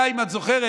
אם את זוכרת,